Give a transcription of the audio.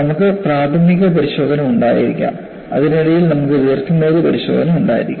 നമുക്ക് പ്രാഥമിക പരിശോധന ഉണ്ടായിരിക്കാം ഇതിനിടയിൽ നമുക്ക് ദീർഘമേറിയ പരിശോധന ഉണ്ടായിരിക്കാം